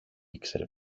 ήξερε